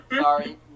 Sorry